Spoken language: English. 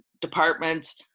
departments